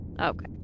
Okay